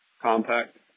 Compact